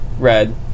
Red